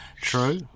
True